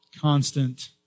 constant